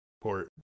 port